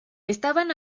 estaban